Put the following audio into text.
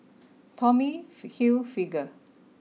Tommy Hilfiger